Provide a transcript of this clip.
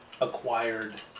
acquired